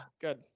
Good